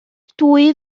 dwy